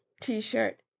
T-shirt